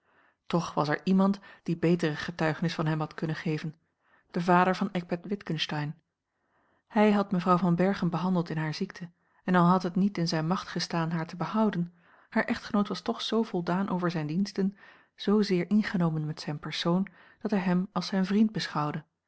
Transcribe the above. toch was er iemand die betere getuigenis van hem had kunnen geven de vader van eckbert witgensteyn hij had mevrouw van berchem behandeld in hare ziekte en al had het niet in zijne macht gestaan haar te behouden haar echtgenoot was toch zoo voldaan over zijne diensten zoozeer ingenomen met zijn persoon dat hij hem als zijn vriend beschouwde